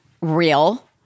real